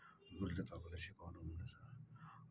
गुरुले तपाईँलाई सिकाउनु हुनेछ